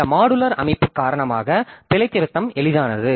இந்த மாடுலர் அமைப்பு காரணமாக பிழைதிருத்தம் எளிதானது